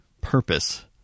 purpose